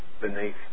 beneath